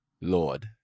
Lord